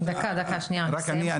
דקה, שנייה, תסיים, חבר הכנסת.